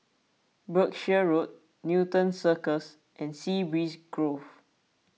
Berkshire Road Newton Circus and Sea Breeze Grove